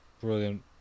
Brilliant